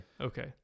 Okay